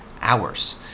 Hours